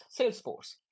salesforce